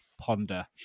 Ponder